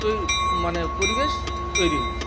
তো মানে পরিবেশ তৈরি হয়েছে